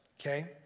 okay